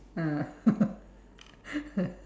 ah